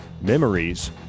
memories